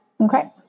Okay